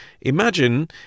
Imagine